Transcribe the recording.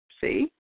See